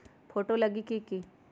Photo लगी कि?